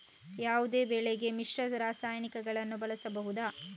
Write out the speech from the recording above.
ಯಾವುದೇ ಬೆಳೆಗೆ ಮಿಶ್ರ ರಾಸಾಯನಿಕಗಳನ್ನು ಬಳಸಬಹುದಾ?